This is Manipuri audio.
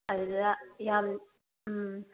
ꯑꯗꯨꯗ ꯌꯥꯝ ꯎꯝ